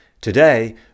Today